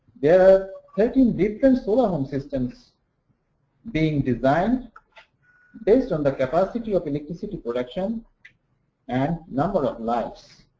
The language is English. there are thirteen different solar home systems being designed based on the capacity of electricity production and number of lights.